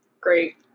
great